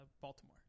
Baltimore